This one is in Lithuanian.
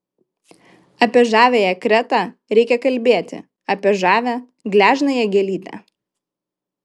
apie žaviąją kretą reikia kalbėti apie žavią gležnąją gėlytę